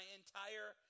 entire